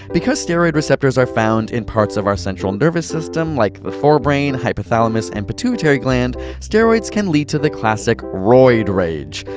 because steroid receptors are found in parts of our central nervous system like the forebrain, hypothalamus and pituitary gland, steroids can lead to the classic roid rage.